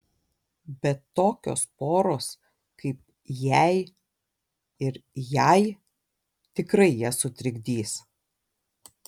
bet tokios poros kaip jei ir jai tikrai ją sutrikdys